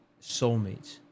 soulmates